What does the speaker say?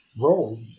role